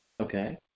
Okay